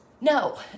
No